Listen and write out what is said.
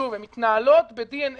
שוב, הן מתנהלות ב-DNA